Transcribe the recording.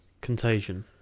Contagion